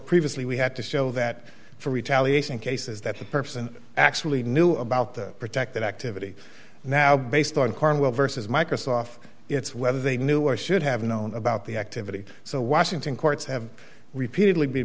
previously we had to show that for retaliation cases that the person actually knew about the protected activity now based on cornwell vs microsoft it's whether they knew or should have known about the activity so washington courts have repeatedly be